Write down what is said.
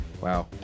Wow